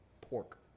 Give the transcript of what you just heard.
pork